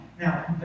Now